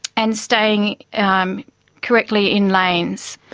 and staying um correctly in lanes.